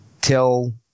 till